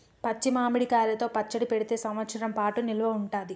పచ్చి మామిడి కాయలతో పచ్చడి పెడితే సంవత్సరం పాటు నిల్వ ఉంటది